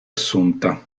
assunta